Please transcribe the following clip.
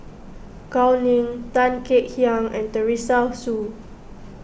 Gao Ning Tan Kek Hiang and Teresa Hsu